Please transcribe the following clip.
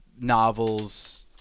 novels